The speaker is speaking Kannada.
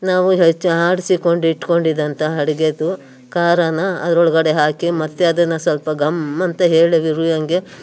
ನಾವು ಹೆಚ್ಚಿ ಆಡಿಸಿಕೊಂಡು ಇಟ್ಕೊಂಡಿದಂಥ ಅಡ್ಗೆದು ಖಾರಾನ ಅದ್ರೊಳಗಡೆ ಹಾಕಿ ಮತ್ತು ಅದನ್ನು ಸ್ವಲ್ಪ ಘಮ್ ಅಂತ ಹೇಳಿ